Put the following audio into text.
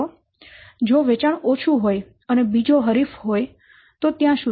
જો વેચાણ ઓછું હોય અને બીજો હરીફ હોય ત્યાં શું થશે